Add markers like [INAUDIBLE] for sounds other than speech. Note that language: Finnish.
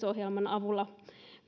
[UNINTELLIGIBLE] ohjelman avulla